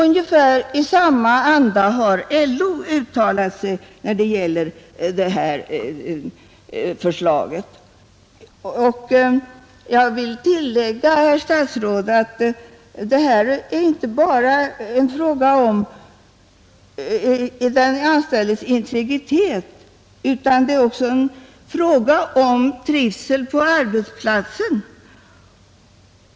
Ungefär i samma anda har LO uttalat sig. Jag vill tillägga att det här inte endast är fråga om den anställdes integritet utan det gäller också trivseln på arbetsplatsen.